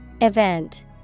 Event